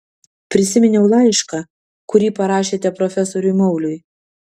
prisiminiau laišką kurį parašėte profesoriui mauliui